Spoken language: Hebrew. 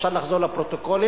אפשר לחזור לפרוטוקולים,